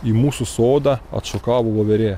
į mūsų sodą atšokavo voverė